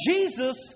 Jesus